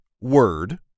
word